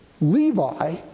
Levi